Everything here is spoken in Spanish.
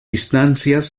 instancias